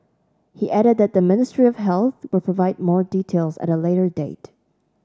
he added that the Ministry of Health will provide more details at a later date